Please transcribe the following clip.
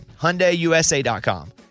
HyundaiUSA.com